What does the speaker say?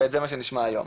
וזה מה שנשמע היום.